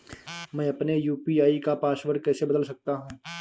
मैं अपने यू.पी.आई का पासवर्ड कैसे बदल सकता हूँ?